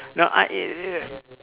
now I err